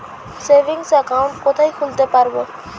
Savings account কোথায় খুলতে পারব?